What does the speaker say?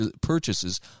purchases